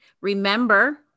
Remember